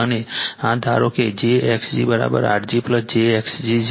અને આ ધારો કે jXg R g j X g છે